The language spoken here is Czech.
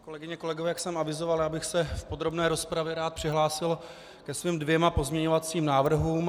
Kolegyně a kolegové, jak jsem avizoval, já bych se v podrobné rozpravě rád přihlásil ke svým dvěma pozměňovacím návrhům.